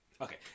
Okay